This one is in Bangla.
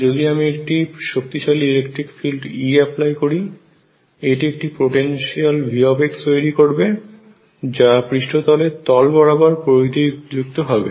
যদি আমি একটি শক্তিশালী ইলেকট্রিক ফিল্ড E এপ্লাই করি এটি একটি পোটেনশিয়াল V তৈরি করবে যা তার পৃষ্ঠতলের তল বরাবর পরিধী যুক্ত হবে